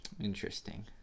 interesting